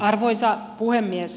arvoisa puhemies